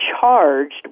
charged